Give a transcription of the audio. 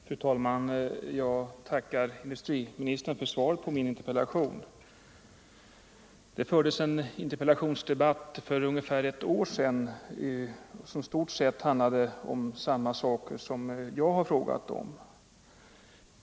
Fru talman! Jag tackar industriministern för svaret på min interpellation. Det fördes en interpellationsdebatt för ungefär ett år sedan som i stort sett handlade om samma saker som jag har frågat om nu.